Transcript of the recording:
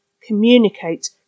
Communicate